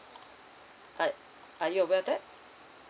uh are you aware of that